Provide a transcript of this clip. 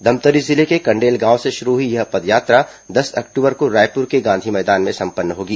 धमतरी जिले के कंडेल गांव से शुरू हुई यह पदयात्रा दस अक्टूबर को रायपुर गांधी मैदान में संपन्न होगी